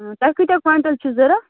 تۄہہِ کۭتیٛاہ کۄینٛٹَل چھُ ضروٗرت